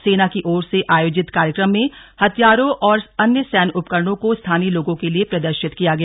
सेना की ओर से आयोजित कार्यक्रम में हथियारों और अन्य सैन्य उपकरणों को स्थानीय लोगों के लिए प्रदर्शित किया गया